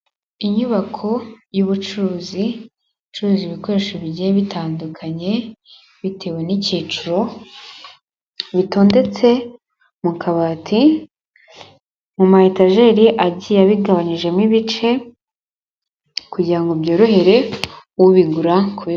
Inyubako y'ubucuruzi. Icuruza ibikoresho bigiye bitandukanye bitewe n'ikiciro. Bitondetse mu kabati; mu ma etajeri agiye abigabanijemo ibice kugira ngo byorohere ubigura.